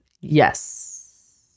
Yes